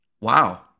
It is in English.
Wow